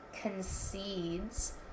concedes